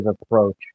approach